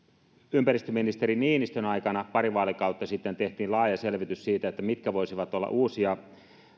ympäristöministeri niinistön aikana pari vaalikautta sitten tehtiin laaja selvitys siitä mitkä voisivat olla uusia